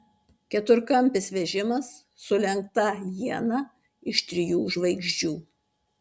keturkampis vežimas su lenkta iena iš trijų žvaigždžių